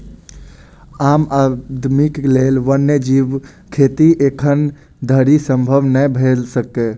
आम आदमीक लेल वन्य जीव खेती एखन धरि संभव नै भेल अछि